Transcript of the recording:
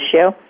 issue